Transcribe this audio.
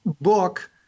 book